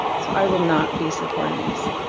so i will not be supporting this.